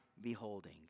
beholding